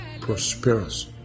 prosperous